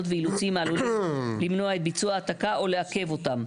ואילוצים העלולים למנוע את ביצוע ההעתקה ולעכב אותם.